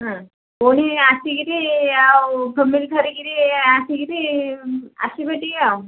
ହଁ ପୁଣି ଆସିକିରି ଆଉ ଫେମିଲି ଥରିକିରି ଆସିକିରି ଆସିବେ ଟିକେ ଆଉ